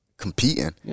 competing